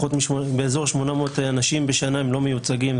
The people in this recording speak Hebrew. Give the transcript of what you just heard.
באזור 800 אנשים בשנה לא מיוצגים.